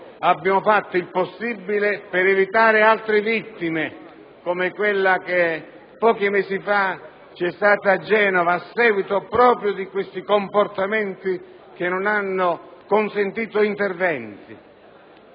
abbiamo fatto il possibile per evitare altre vittime come quella che pochi mesi fa si è registrata a Genova a seguito proprio di questi comportamenti che non hanno consentito interventi.